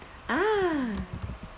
ah